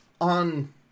on